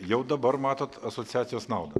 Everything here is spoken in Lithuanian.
jau dabar matot asociacijos naudą